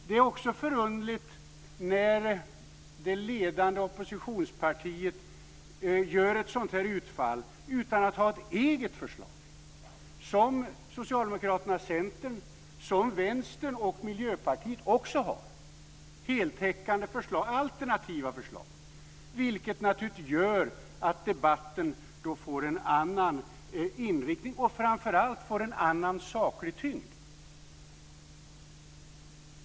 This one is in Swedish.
Det är också förunderligt när det ledande oppositionspartiet gör ett sådant här utfall utan att ha ett eget förslag som Socialdemokraterna, Centern, Vänstern och Miljöpartiet har. De har heltäckande alternativa förslag, vilket naturligtvis gör att debatten får en annan inriktning och framför allt en annan saklig tyngd.